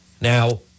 Now